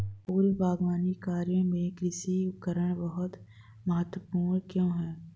पूर्व बागवानी कार्यों में कृषि उपकरण बहुत महत्वपूर्ण क्यों है?